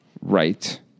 Right